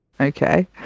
okay